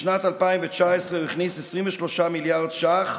בשנת 2019 הוא הכניס 23 מיליארד ש"ח,